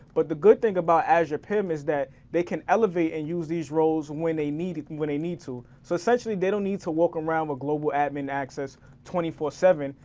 but the good thing about azure pim is that they can elevate and use these roles when they need when they need to. so essentially they don't need to walk around with global admin access twenty four seven.